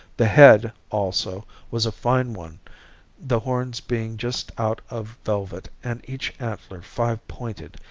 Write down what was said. the head, also, was a fine one the horns being just out of velvet and each antler five pointed,